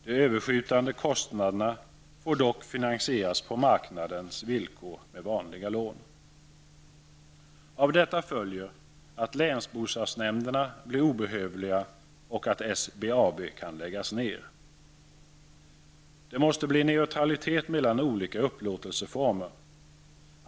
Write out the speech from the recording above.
De överskjutande kostnaderna får dock finansieras på marknadens villkor med vanliga lån. Av detta följer att länsbostadsnämnderna blir obehövliga och att SBAB kan läggas ner. Det måste bli neutralitet mellan olika upplåtelseformer.